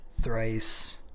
Thrice